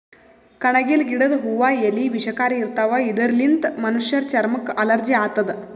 ಕಣಗಿಲ್ ಗಿಡದ್ ಹೂವಾ ಎಲಿ ವಿಷಕಾರಿ ಇರ್ತವ್ ಇದರ್ಲಿನ್ತ್ ಮನಶ್ಶರ್ ಚರಮಕ್ಕ್ ಅಲರ್ಜಿ ಆತದ್